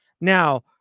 now